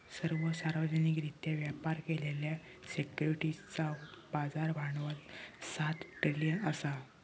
सर्व सार्वजनिकरित्या व्यापार केलेल्या सिक्युरिटीजचा बाजार भांडवल सात ट्रिलियन असा